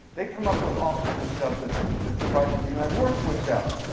they come up with all kinds of stuff that that surprises me. and i work with them.